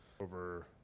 over